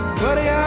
buddy